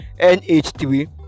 NH3